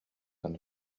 гына